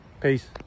Peace